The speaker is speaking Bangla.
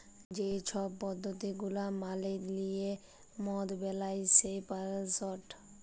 যে ছব পদ্ধতি গুলা মালে লিঁয়ে মদ বেলায় সেই পরসেসট